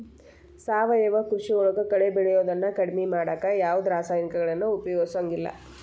ಸಾವಯವ ಕೃಷಿಯೊಳಗ ಕಳೆ ಬೆಳಿಯೋದನ್ನ ಕಡಿಮಿ ಮಾಡಾಕ ಯಾವದ್ ರಾಸಾಯನಿಕಗಳನ್ನ ಉಪಯೋಗಸಂಗಿಲ್ಲ